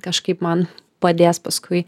kažkaip man padės paskui